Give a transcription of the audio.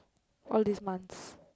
all these months